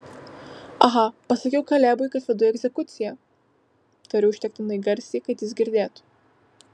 aha pasakiau kalebui kad vedu į egzekuciją tariu užtektinai garsiai kad jis girdėtų